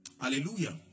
Hallelujah